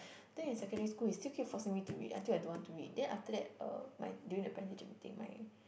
then in secondary school he still keep forcing me to read until I don't want to read then after that uh my during the parent teacher meeting my